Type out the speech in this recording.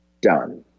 done